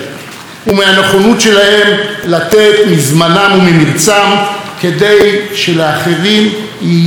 לתת מזמנם וממרצם כדי שלאחרים יהיה יותר טוב.